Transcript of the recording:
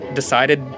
decided